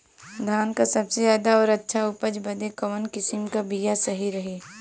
धान क सबसे ज्यादा और अच्छा उपज बदे कवन किसीम क बिया सही रही?